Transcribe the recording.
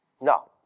No